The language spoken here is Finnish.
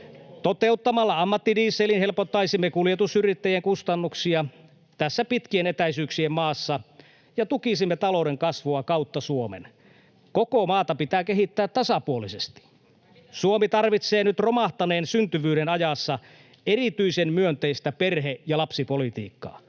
Toteuttamalla ammattidieselin helpottaisimme kuljetusyrittäjien kustannuksia tässä pitkien etäisyyksien maassa ja tukisimme talouden kasvua kautta Suomen. Koko maata pitää kehittää tasapuolisesti. Suomi tarvitsee nyt romahtaneen syntyvyyden ajassa erityisen myönteistä perhe- ja lapsipolitiikkaa.